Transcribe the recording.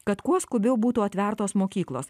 kad kuo skubiau būtų atvertos mokyklos